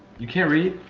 you can't read.